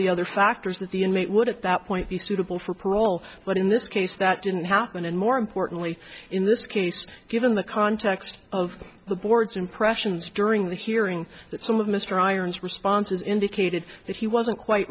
the other factors that the inmate would at that point be suitable for parole but in this case that didn't happen and more importantly in this case given the context of the board's impressions during the hearing that some of mr irons responses indicated that he wasn't quite